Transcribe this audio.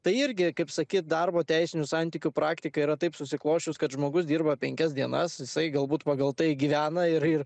tai irgi kaip sakyt darbo teisinių santykių praktika yra taip susiklosčius kad žmogus dirba penkias dienas jisai galbūt pagal tai gyvena ir ir